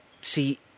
See